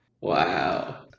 Wow